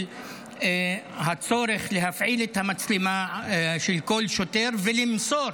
על הצורך להפעיל את המצלמה של כל שוטר ולמסור